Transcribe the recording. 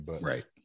Right